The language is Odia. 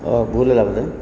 ଭୁଲ ହେଲା ବୋଧେ